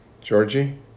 Georgie